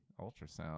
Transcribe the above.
ultrasound